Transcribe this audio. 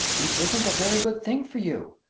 it isn't a very good thing for you.